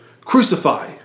Crucify